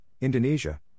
Indonesia